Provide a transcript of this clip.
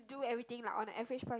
do everything like on a average price